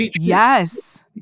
Yes